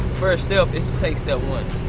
first step is to take step one.